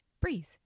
breathe